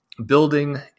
building